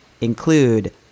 include